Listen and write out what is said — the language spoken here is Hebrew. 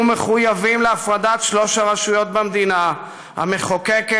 יש לאפשר לבית-המשפט העליון את הסמכות לפסול חוקים,